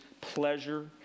pleasure